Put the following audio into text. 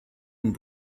and